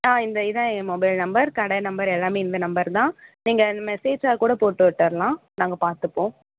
ஆ இந்த இதுதான் என் மொபைல் நம்பர் கடை நம்பர் எல்லாமே இந்த நம்பர் தான் நீங்கள் மெசேஜ்ஜாக கூட போட்டு விட்டுர்லாம் நாங்கள் பார்த்துப்போம்